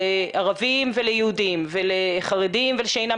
לערבים וליהודים ולחרדים ולאלה שאינם